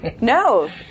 No